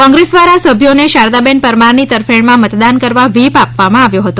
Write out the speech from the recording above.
કોંગ્રેસ દ્વારા સભ્યોને શારદાબેન પરમારની તરફેણમાં મતદાન કરવા વ્હીપ આપવામાં આવ્યો હતો